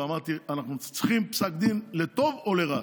ואמרתי: אנחנו צריכים פסק דין לטוב או לרע,